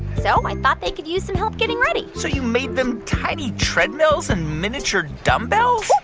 so i thought they could use some help getting ready so you made them tiny treadmills and miniature dumbbells?